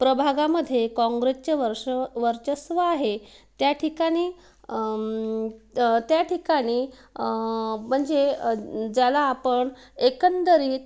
प्रभागामध्ये काँग्रेसचे वर्ष वर्चस्व आहे त्या ठिकाणी त्या ठिकाणी म्हणजे ज्याला आपण एकंदरीत